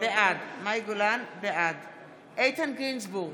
בעד איתן גינזבורג,